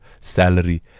salary